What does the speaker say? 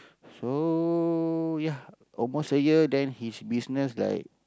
so ya almost a year then his business like